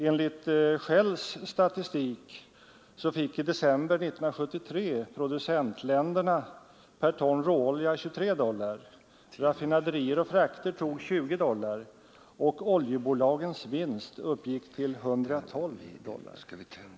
Enligt Shells statistik fick i december 1973 producentländerna per ton råolja 23 dollar medan raffinaderier och frakter tog 20 dollar och oljebolagens vinst uppgick till 112 dollar.